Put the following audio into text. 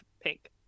pink